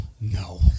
No